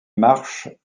marches